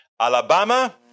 Alabama